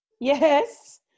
Yes